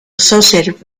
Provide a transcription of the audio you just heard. associated